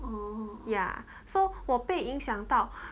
ya so 我被影响到